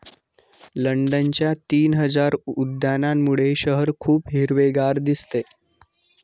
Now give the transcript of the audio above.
लंडनच्या तीन हजार उद्यानांमुळे शहर खूप हिरवेगार दिसते